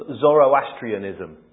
Zoroastrianism